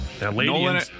Nolan